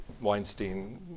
Weinstein